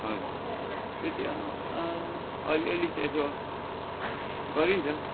हजुर त्यति अँ अलिअलि चाहिँ यसो गरिन्छ